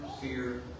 fear